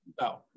No